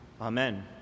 Amen